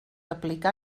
aplicar